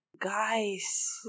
guys